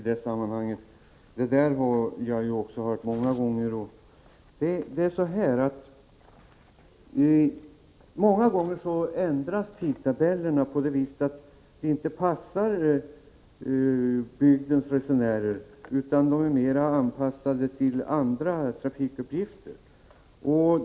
Herr talman! Jag har hört det där många gånger. Det är emellertid så att tidtabellerna ofta ändras så att tågtiderna inte passar bygdens resenärer utan är mera anpassade till andra trafikuppgifter.